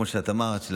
כמו שאמרת,